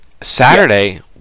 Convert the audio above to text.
Saturday